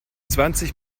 zwanzig